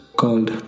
called